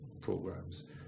programs